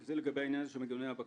זה לגבי מנגנוני הבקרה.